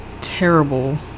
terrible